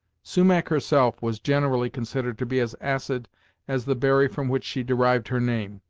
sumach, herself, was generally considered to be as acid as the berry from which she derived her name,